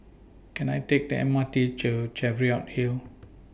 Can I Take The M R T to Cheviot Hill